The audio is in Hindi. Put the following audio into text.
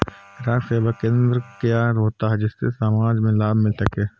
ग्राहक सेवा केंद्र क्या होता है जिससे समाज में लाभ मिल सके?